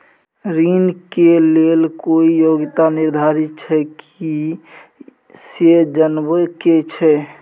ऋण के लेल कोई योग्यता निर्धारित छै की से जनबा के छै?